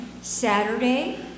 Saturday